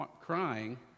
crying